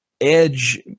Edge